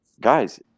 guys